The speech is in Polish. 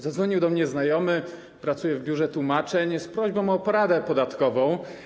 Zadzwonił do mnie znajomy, który pracuje w biurze tłumaczeń, z prośbą o poradę podatkową.